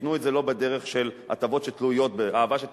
שייתנו את זה לא בדרך של אהבה שתלויה בדבר.